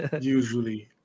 usually